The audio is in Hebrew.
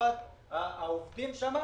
ולטובת העובדים.